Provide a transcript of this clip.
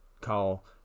call